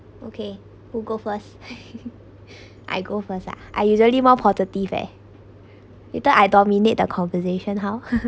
okay who go first I go first ah I usually more positive eh later I dominate the conversation how